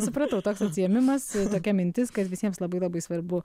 supratau toks atsiėmimas tokia mintis kad visiems labai labai svarbu